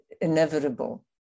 inevitable